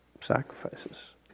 sacrifices